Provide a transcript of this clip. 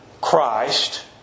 Christ